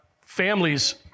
families